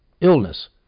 illness